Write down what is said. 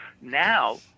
Now